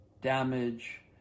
damage